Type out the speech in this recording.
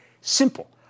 Simple